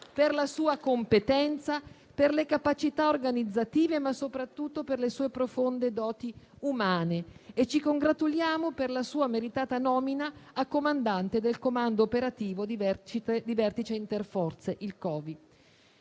la sua competenza e le capacità organizzative, ma, soprattutto, per le sue profonde doti umane. Ci congratuliamo per la sua meritata nomina a comandante del Comando operativo di vertice interforze, il COVI.